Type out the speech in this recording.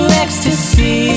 ecstasy